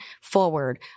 forward